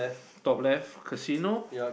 top left casino